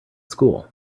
school